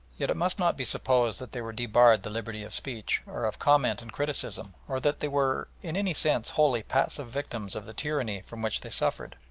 yet it must not be supposed that they were debarred the liberty of speech or of comment and criticism, or that they were in any sense wholly passive victims of the tyranny from which they suffered.